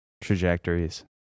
trajectories